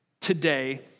today